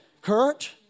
Kurt